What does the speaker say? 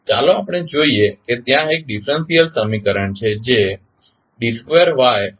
ચાલો આપણે જોઈએ કે ત્યાં એક ડીફરન્સીયલ સમીકરણ છે જે d2ydt23dytdt2ytrt છે